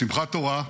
בשמחת תורה,